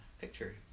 picture